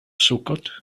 sukkot